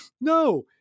no